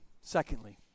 secondly